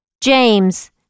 James